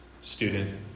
Student